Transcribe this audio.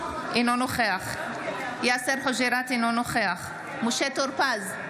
אינו נוכח יאסר חוג'יראת, אינו נוכח משה טור פז,